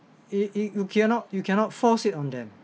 it it you cannot you cannot force it on them